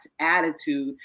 attitude